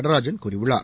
நடராஜன் கூறியுள்ளார்